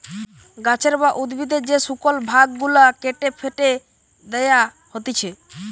গাছের বা উদ্ভিদের যে শুকল ভাগ গুলা কেটে ফেটে দেয়া হতিছে